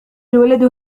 الولد